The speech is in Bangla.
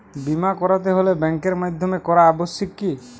বিমা করাতে হলে ব্যাঙ্কের মাধ্যমে করা আবশ্যিক কি?